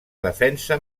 defensa